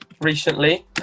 recently